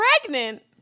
pregnant